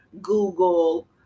Google